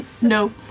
no